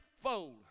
fold